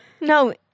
no